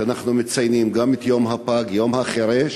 אנחנו מציינים את יום הפג, יום החירש,